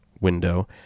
window